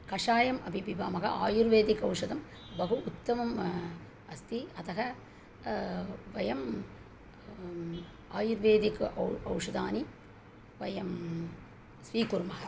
कषायम् अपि पिबामः आयुर्वेदिकम् औषधं बहु उत्तमम् अस्ति अतः वयं आयुर्वेदिकानि औ औषधानि वयं स्वीकुर्मः